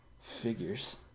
Figures